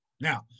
now